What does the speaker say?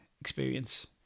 experience